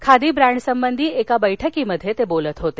खादी ब्रँडसंबधी एका बैठकीत ते बोलत होते